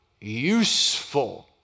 useful